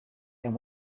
and